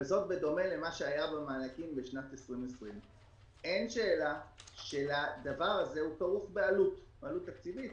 וזאת בדומה למה שהיה במענקים בשנת 2020. אין שאלה שהדבר הזה כרוך בעלות תקציבית,